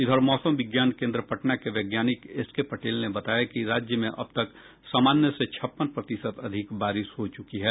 इधर मौसम विज्ञान केन्द्र पटना के वैज्ञानिक एस के पटेल ने बताया कि राज्य में अब तक सामान्य से छप्पन प्रतिशत अधिक बारिश हो चुकी है